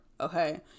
okay